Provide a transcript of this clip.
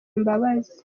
imbabazi